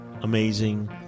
amazing